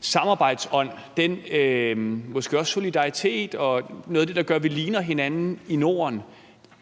samarbejdsånd, måske også den solidaritet og noget af det, der gør, at vi ligner hinanden i Norden